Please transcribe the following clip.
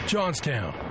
Johnstown